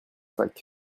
sac